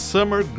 Summer